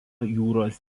jūros